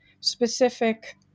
specific